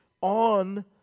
on